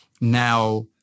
now